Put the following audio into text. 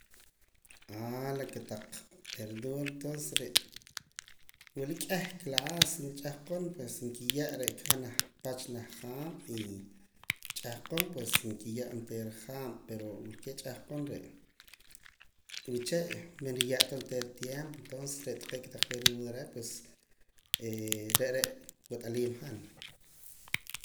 la kotaq verdura tonces re' wula k'ih clase ch'ahqon pues nkiye' re'aka janaj pach reh haab' y ch'ahqon pues nkiye' oontera haab' pero wilkee' ch'ahqon re' uche manruye' ta oontera tiempo entonces re' taqee' kotaq verdura pues re' re' wat'aliim han.